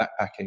backpacking